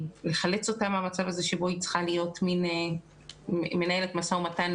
לחלץ אותה מן המצב הזה שבו היא צריכה לנהל משא ומתן